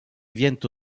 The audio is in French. viennent